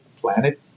planet